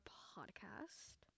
podcast